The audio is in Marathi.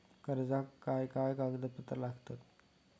कर्जाक काय काय कागदपत्रा लागतत?